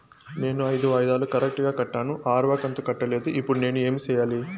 నేను ఐదు వాయిదాలు కరెక్టు గా కట్టాను, ఆరవ కంతు కట్టలేదు, ఇప్పుడు నేను ఏమి సెయ్యాలి?